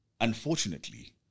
Unfortunately